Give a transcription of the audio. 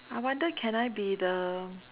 I wonder can I be the